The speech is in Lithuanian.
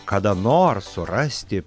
kada nors surasti